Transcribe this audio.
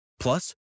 Plus